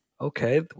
Okay